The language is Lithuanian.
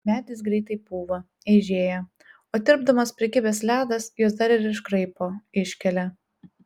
medis greitai pūva eižėja o tirpdamas prikibęs ledas juos dar ir iškraipo iškelia